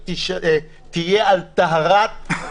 אזרחיים שיהיו שותפים בכל תיק שבו אזרח מעורב.